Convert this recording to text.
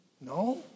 no